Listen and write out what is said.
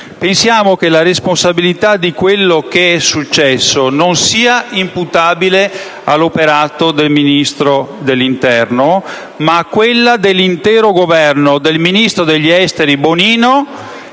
garantita), la responsabilità di quello che è successo non sia imputabile all'operato del Ministro dell'interno, ma a quella dell'intero Governo, del ministro degli affari esteri Bonino